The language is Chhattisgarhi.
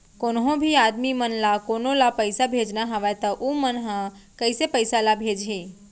कोन्हों भी आदमी मन ला कोनो ला पइसा भेजना हवय त उ मन ह कइसे पइसा ला भेजही?